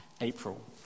April